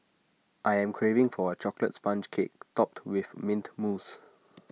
I am craving for A Chocolate Sponge Cake Topped with Mint Mousse